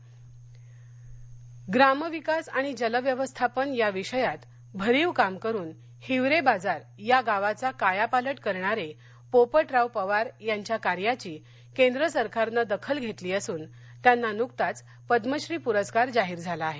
पोपटराव पवार अहमदनगर ग्रामविकास आणि जलव्यवस्थापन या विषयात भरीव काम करून हिवरे बाजार या गावाचा कायापालट करणारे पोपटराव पवार यांच्या कार्याची केंद्र सरकारनं दखल घेतली असून त्यांना नुकताच पद्मश्री प्रस्कार जाहीर झाला आहे